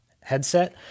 headset